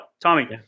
Tommy